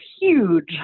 huge